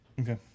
okay